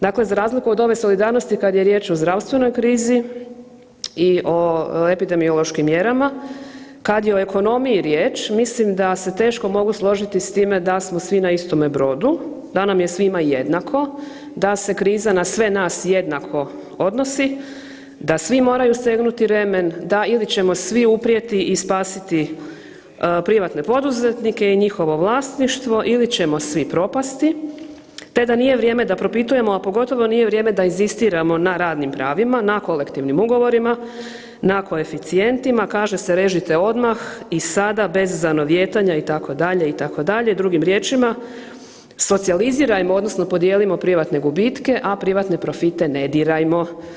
Dakle, za razliku od ove solidarnosti kad je riječ o zdravstvenoj krizi i o epidemiološkim mjerama, kad je o ekonomiji riječ mislim da se teško mogu složiti s time da smo svi na istome brodu, da nam je svima jednako, da se kriza na sve nas jednako odnosi, da svi moraju stegnuti remen, da ili ćemo svi uprijeti i spasiti privatne poduzetnike i njihove vlasništvo ili ćemo svi propasti te da nije vrijeme da propitujemo, a pogotovo nije vrijeme da inzistiramo na radnim pravima, na kolektivnim ugovorima, na koeficijentima, kaže se režite odmah i sada bez zanovijetanja itd., itd., drugim riječima socijalizirajmo odnosno podijelimo privatne gubitke, a privatne profite ne dirajmo.